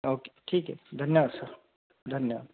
okay ठीक आहे धन्यवाद सर धन्यवाद